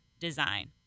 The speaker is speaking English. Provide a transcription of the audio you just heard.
design